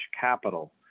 capital